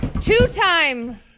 Two-time